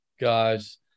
guys